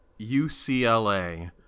UCLA